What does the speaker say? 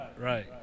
Right